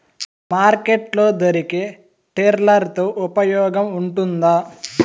Market లో దొరికే tiller తో ఉపయోగం ఉంటుందా?